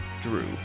Drew